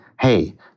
hey